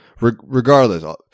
regardless